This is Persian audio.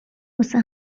واسه